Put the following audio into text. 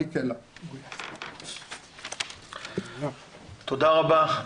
תודה רבה.